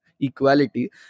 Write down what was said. equality